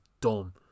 dumb